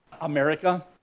America